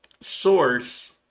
source